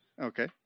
Okay